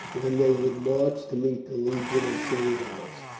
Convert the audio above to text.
when they would march to meet the legion of cerealis.